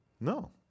No